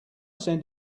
send